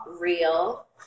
real